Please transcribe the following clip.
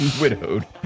Widowed